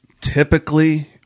typically